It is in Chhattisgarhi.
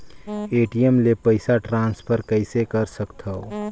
ए.टी.एम ले पईसा ट्रांसफर कइसे कर सकथव?